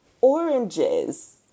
oranges